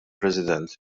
president